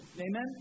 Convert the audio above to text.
Amen